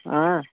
آ